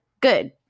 good